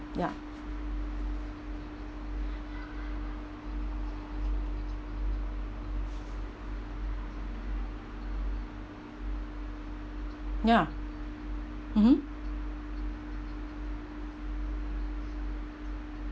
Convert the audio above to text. ya ya mm mm